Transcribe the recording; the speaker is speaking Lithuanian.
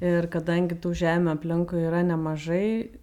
ir kadangi tų žemių aplinkui yra nemažai